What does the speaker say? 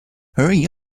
hurry